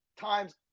times